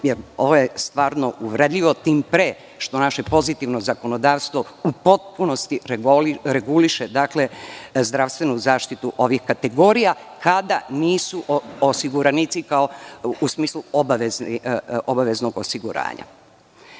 jer ovo je stvarno uvredljivo, tim pre što naše pozitivno zakonodavstvo u potpunosti reguliše zdravstvenu zaštitu ovih kategorija kada nisu osiguranici u smislu obaveznog osiguranja.Zašto